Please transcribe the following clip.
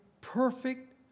perfect